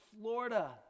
Florida